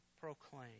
proclaim